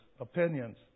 opinions